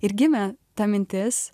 ir gimė ta mintis